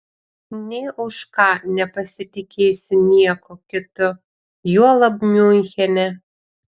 nė už ką nepasitikėsiu niekuo kitu juolab miunchene